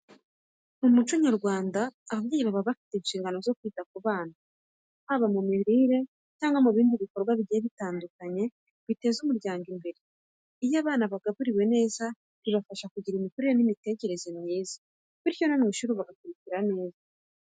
Mu muco nyarwanda ababyeyi baba bafite inshingano zo kwita ku bana, haba mu mirire cyangwa mu bindi bikorwa bigiye bitandukanye biteza umuryango imbere. Iyo abana bagaburiwe neza bibafasha kugira imikurire n'imitekerereze myiza bityo no mu ishuri bagakurikira neza.